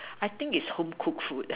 I think it is home cooked food lah